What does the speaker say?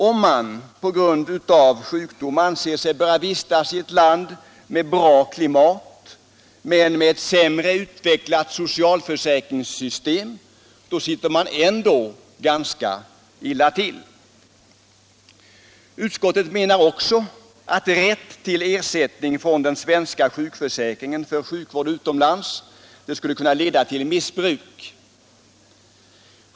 Om man på grund av sjukdom anser sig böra vistas i ett land med bra klimat men med sämre utvecklat socialförsäkringssystem sitter man ändå ganska illa till. Utskottet menar också att rätt till ersättning från den svenska sjukförsäkringen för sjukvård utomlands skulle kunna leda till missbruk.